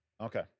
Okay